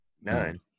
None